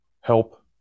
help